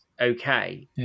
okay